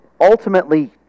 ultimately